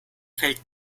feld